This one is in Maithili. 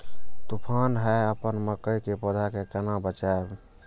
तुफान है अपन मकई के पौधा के केना बचायब?